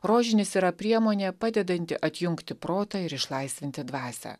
rožinis yra priemonė padedanti atjungti protą ir išlaisvinti dvasią